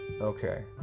Okay